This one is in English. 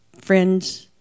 friends